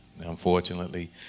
Unfortunately